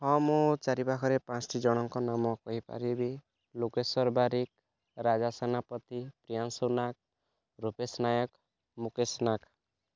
ହଁ ମୁଁ ଚାରିପାଖରେ ପାଞ୍ଚଟି ଜଣଙ୍କ ନାମ କହିପାରିବି ଲୋକେଶ୍ୱର ବାରିକ ରାଜା ସେନାପତି ପ୍ରିୟାଂଶୁ ନାଗ ରୂପେଶ ନାୟକ ମୁକେଶ ନାଗ